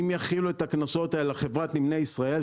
אם יחילו את הקנסות האלה על החברת נמלי ישראל,